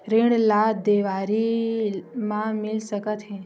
ऋण ला देवारी मा मिल सकत हे